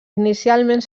inicialment